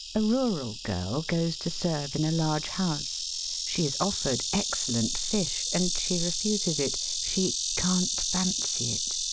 a rural girl goes to serve in a large house she is offered excel lent fish, and she refuses it she can't fancy it.